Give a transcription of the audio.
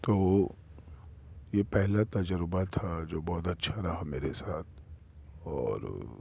تو یہ پہلا تجربہ تھا جو بہت اچھا رہا میرے ساتھ اور